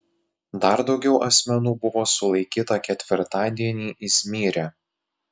dar daugiau asmenų buvo sulaikyta ketvirtadienį izmyre